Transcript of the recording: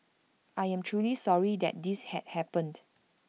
I am truly sorry that this had happened